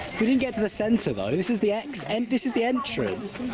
we didn't get to the centre, though. this is the ex and this is the entrance!